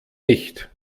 nicht